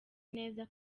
neza